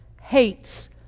hates